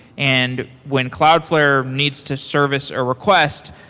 and when cloudflare needs to service a request,